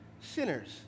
Sinners